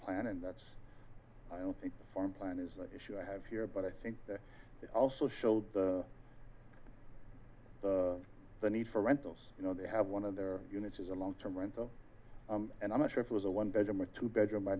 plan and that's why i think the farm plan is an issue i have here but i think it also showed the the need for rentals you know they have one of their units is a long term rental and i'm not sure if it was a one bedroom a two bedroom i